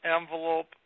envelope